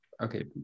okay